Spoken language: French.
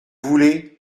voulez